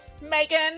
Megan